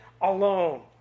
alone